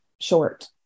short